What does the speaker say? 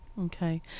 Okay